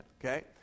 okay